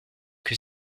que